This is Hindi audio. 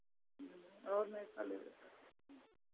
और नहीं खाली रहता है